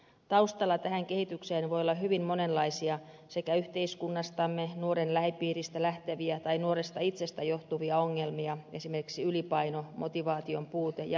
taustalla tähän kehitykseen voi olla hyvin monenlaisia yhteiskunnastamme tai nuoren lähipiiristä lähteviä tai nuoresta itsestään johtuvia ongelmia esimerkiksi ylipaino motivaation puute ja mielenterveyshäiriöt